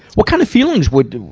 what kind of feelings would,